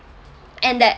and that